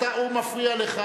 הוא מפריע לנו במעשיו.